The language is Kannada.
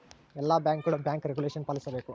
ಎಲ್ಲ ಬ್ಯಾಂಕ್ಗಳು ಬ್ಯಾಂಕ್ ರೆಗುಲೇಷನ ಪಾಲಿಸಬೇಕು